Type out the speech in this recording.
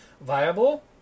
viable